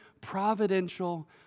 providential